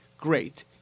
great